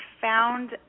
found